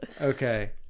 Okay